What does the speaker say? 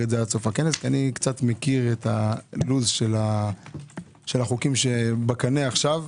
את זה עד סוף הקיץ כי אני מכיר את הלו"ז שבחוקים שבקנה עכשיו,